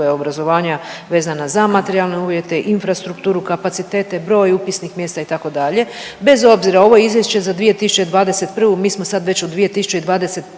obrazovanja vezana za materijalne uvjete, infrastrukturu, kapacitete, broj upisnih mjesta itd. bez obzira. Ovo je izvješće za 2021. Mi smo sad već u 2023.